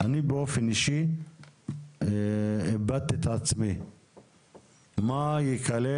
אני באופן אישי איבדתי את עצמי לגבי מה ייכלל.